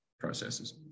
processes